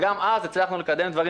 הלוואי שנצליח לקדם דברים